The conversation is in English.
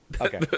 okay